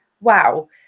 wow